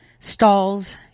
stalls